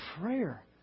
prayer